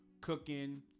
cooking